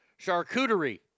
Charcuterie